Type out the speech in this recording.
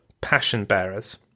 passion-bearers